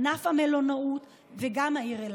ענף המלונאות וגם העיר אילת.